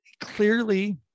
clearly